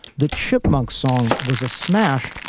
the chipmunk song was a smash.